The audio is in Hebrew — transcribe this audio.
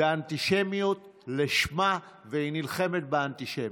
זו אנטישמיות לשמה, והיא נלחמת באנטישמיות.